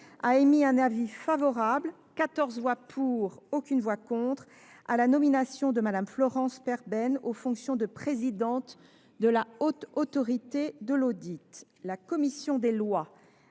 a émis un avis favorable, par quatorze voix pour et aucune voix contre, à la nomination de Mme Florence Peybernès aux fonctions de présidente de la Haute Autorité de l’audit et la commission des lois